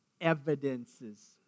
evidences